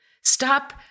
Stop